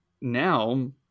now